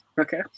Okay